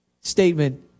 statement